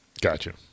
Gotcha